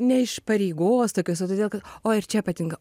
ne iš pareigos tokios o todėl o ir čia patinka